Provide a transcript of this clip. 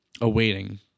awaiting